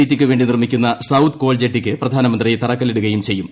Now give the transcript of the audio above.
ടിക്കുവേണ്ടി നിർമ്മിക്കുന്ന south coal ജെട്ടിക്ക് പ്രധാനമന്ത്രി തറക്കല്ലിടുകയും ചെയ്യും